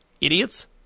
Idiots